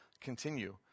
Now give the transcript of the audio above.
continue